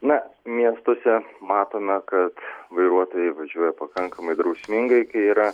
na miestuose matome kad vairuotojai važiuoja pakankamai drausmingai kai yra